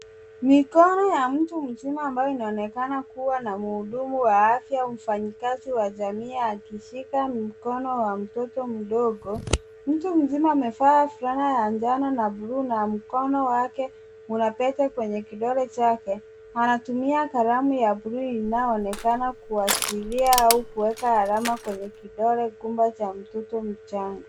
Mikono ya mtu mzima ambayo inaonekana kuwa na mhudumu wa afya au mfanyikazi wa jamii akishika mkono wa mtoto mdogo. Mtu mzima amevaa fulana ya njano na bluu na mkono wake una pete kwenye kidole chake anatumia kalamu ya bluu inayoonekana kuashiria au kuweka alama kwenye kidole gumba cha mtoto mchangga.